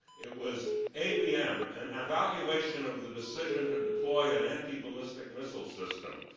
it was abm, an evaluation of the decision to deploy an antiballistic missile system,